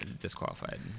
disqualified